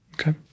Okay